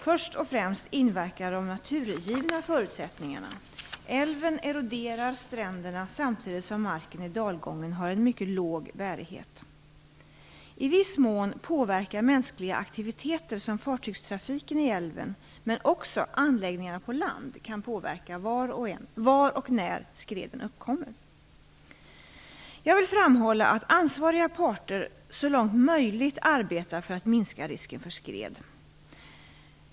Först och främst inverkar de naturgivna förutsättningarna; älven eroderar stränderna samtidigt som marken i dalgången har en mycket låg bärighet. I viss mån påverkar mänskliga aktiviteter som fartygstrafiken i älven, men också anläggningarna på land kan påverka var och när skreden uppkommer. Jag vill framhålla att ansvariga parter så långt möjligt arbetar för att minska risken för skred.